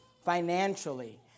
financially